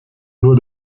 nur